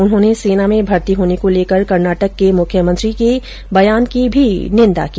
उन्होंने सेना में भर्ती होने को लेकर कर्नाटक के मुख्यमंत्री के बयान की भी निंदा की